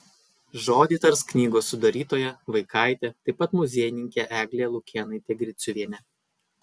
žodį tars knygos sudarytoja vaikaitė taip pat muziejininkė eglė lukėnaitė griciuvienė